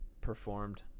performed